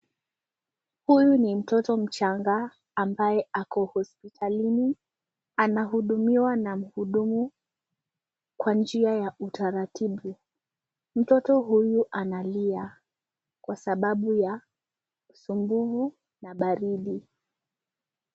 Huyu ni mtoto mchanga ambaye ako hospitalini. Anahudumiwa na mhudumu kwa njia ya utaratibu. Mtoto huyu analia, kwa sababu ya usumbuvu na baridi.